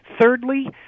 Thirdly